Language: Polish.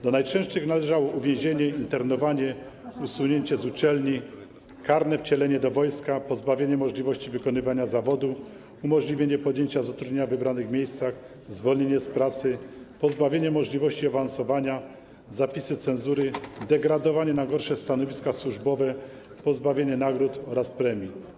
Do najczęstszych należały: uwięzienie, internowanie, usunięcie z uczelni, karne wcielenie do wojska, pozbawienie możliwości wykonywania zawodu, uniemożliwienie podjęcia zatrudnienia w wybranych miejscach, zwolnienie z pracy, pozbawienie możliwości awansowania, zapisy cenzury, degradowanie na gorsze stanowiska służbowe, pozbawienie nagród oraz premii.